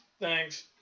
thanks